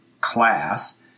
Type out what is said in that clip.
class